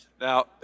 Now